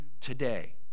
today